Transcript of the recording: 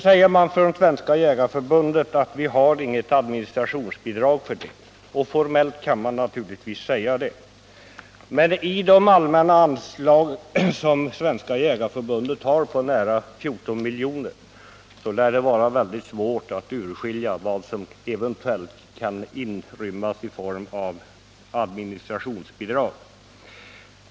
Från Svenska jägareförbundet säger man att man inte har något administrationsbidrag, och formellt kan det naturligtvis sägas. Men i de allmänna anslag på nära 14 miljoner som Svenska jägareförbundet får lär det vara väldigt svårt att urskilja vad som eventuellt kan inrymmas i form av administrationsbidrag.